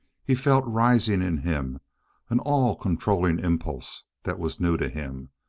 he felt rising in him an all-controlling impulse that was new to him,